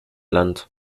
land